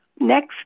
next